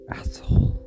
asshole